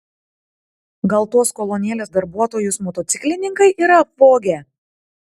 gal tuos kolonėlės darbuotojus motociklininkai yra apvogę